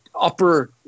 upper